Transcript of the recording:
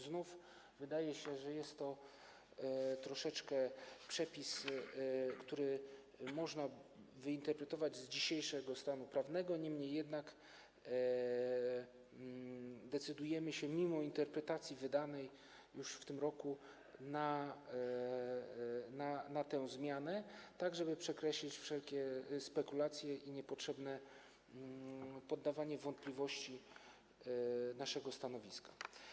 Znów wydaje się, że jest to troszeczkę taki przepis, który można wyinterpretować z dzisiejszego stanu prawnego, niemniej jednak decydujemy się, mimo interpretacji wydanej już w tym roku, na tę zmianę, tak żeby przekreślić wszelkie spekulacje i niepotrzebne podawanie w wątpliwość naszego stanowiska.